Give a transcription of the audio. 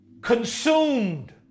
Consumed